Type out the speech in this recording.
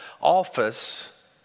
office